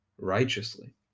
righteously